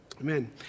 Amen